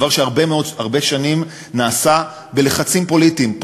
דבר שהרבה שנים נעשה בלחצים פוליטיים,